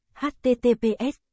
https